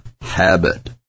habit